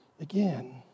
again